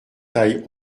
taille